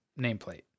nameplate